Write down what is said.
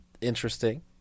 interesting